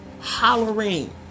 Hollering